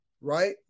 right